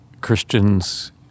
Christians